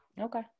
Okay